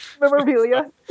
Memorabilia